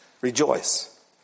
Rejoice